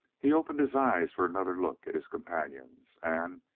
he opened his eyes for another look at his companions and,